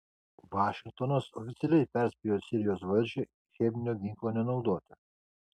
vašingtonas oficialiai perspėjo sirijos valdžią cheminio ginklo nenaudoti